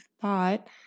thought